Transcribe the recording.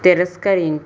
తిరస్కరించు